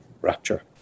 rapture